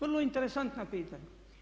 Vrlo interesantna pitanja.